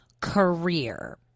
Career